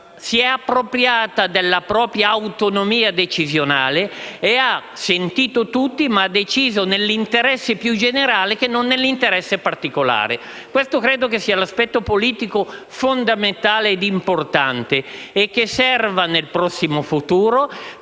si è appropriata della propria autonomia decisionale e, dopo aver sentito tutti, ha deciso nell'interesse più generale e non nell'interesse particolare. Questo credo sia l'aspetto politico fondamentale e più importante, utile nel prossimo futuro